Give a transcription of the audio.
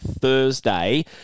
Thursday